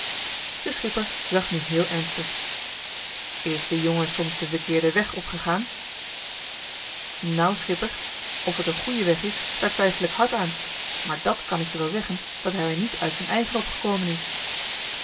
de schipper zag nu heel ernstig is de jongen soms den verkeerden weg opgegaan nou schipper of t een goeie weg is daar twijfel ik hard aan maar dàt kan ik je wel zeggen dat hij er niet uit z'n eigen op gekomen is